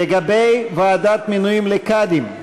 לגבי ועדת מינויים לקאדים,